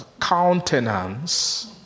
countenance